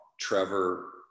Trevor